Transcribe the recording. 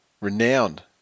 renowned